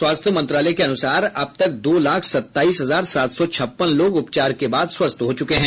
स्वास्थ्य मंत्रालय के अनुसार अब तक दो लाख सत्ताईस हजार सात सौ छप्पन लोग उपचार के बाद स्वस्थ हो चुके हैं